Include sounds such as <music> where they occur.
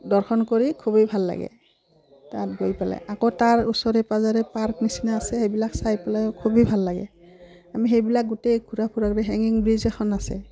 দৰ্শন কৰি খুবেই ভাল লাগে তাত গৈ পেলাই আকৌ তাৰ ওচৰে পাঁজৰে পাৰ্ক নিচিনা আছে সেইবিলাক চাই পেলাইও খুবেই ভাল লাগে আমি সেইবিলাক গোটেই ঘূৰা ফুৰা <unintelligible> হেঙিং ব্ৰিজ এখন আছে